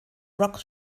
rock